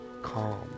calm